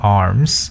arms